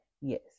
Yes